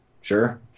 Sure